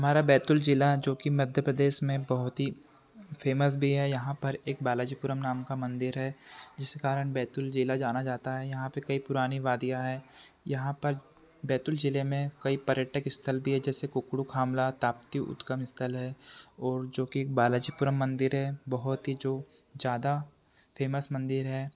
हमारा बैतूल जिला जो कि मध्य प्रदेश में बहुत ही फेमस भी है यहाँ पर एक बालाजीपुरम नाम का मंदिर है जिसके कारण बैतूल जिला जाना जाता है यहाँ पर कई पुरानी वादियाँ हैं यहाँ पर बैतूल जिले में कई पर्यटक स्थल भी हैं जैसे कुकरू खामला ताप्ती उद्गम स्थल है और जो कि बालाजीपुरम मंदिर है बहुत ही जो ज्यादा फेमस मंदिर है